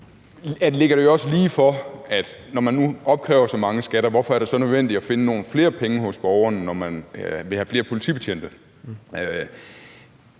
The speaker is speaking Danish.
ligger det jo også lige for, når man nu opkræver så mange skatter, at spørge, hvorfor det så er nødvendigt at finde nogle flere penge hos borgerne, når man vil have flere politibetjente.